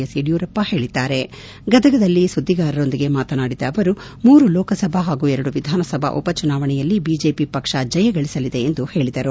S Yediyurappa ಹೇಳಿದ್ದಾರೆ ಗದಗನಲ್ಲಿ ಸುದ್ದಿಗಾರರೊಂದಿಗೆ ಮಾತನಾಡಿದ ಅವರು ಮೂರು ಲೋಕ ಸಭಾ ಹಾಗೂ ಎರಡು ವಿಧಾನಸಭಾ ಉಪಚುನಾವಣೆಯಲ್ಲಿ ಬಿಜೆಪಿ ಪಕ್ಷ ಜಯಗಳಿಸಲಿದೆ ಎಂದು ಹೇಳಿದರು